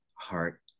heart